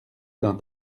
d’un